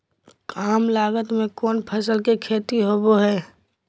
काम लागत में कौन फसल के खेती होबो हाय?